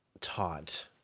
taught